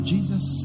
Jesus